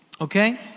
Okay